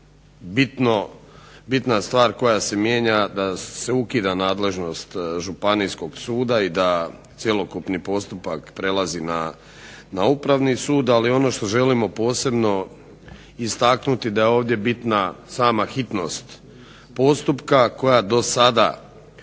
bitna stvar koja se mijenja da se ukida nadležnost Županijskog suda i da cjelokupni postupak prelazi na Upravni sud, ali ono što želimo posebno istaknuti je da je ovdje bitna sama hitnost postupka koja dosada